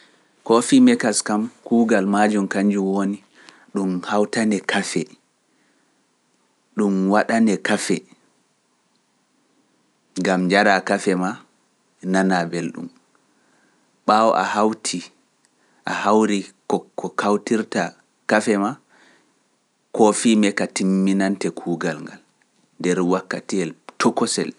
Kooefii mekas kam kuugal maajum kañjum woni ɗum hawtan kafe, ɗum waɗane kafe, ngam njara kafe ma nana belɗum, ɓaawo a hawtii, a hawri ko kawtirta kafe ma, koo fii meka timminante kuugal ngal nder wakkati el tokosel.